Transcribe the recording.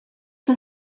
für